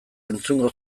entzungo